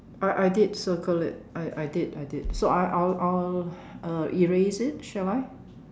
I I did circle it I I did I did so I'll so I'll I'll uh erase it shall I